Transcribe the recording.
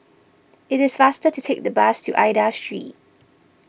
it is faster to take the bus to Aida Street